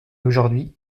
aujourd’hui